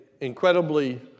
incredibly